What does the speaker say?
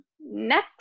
next